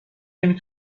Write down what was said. نمی